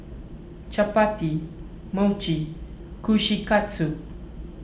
Chapati Mochi and Kushikatsu